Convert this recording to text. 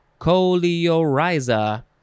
Coleoriza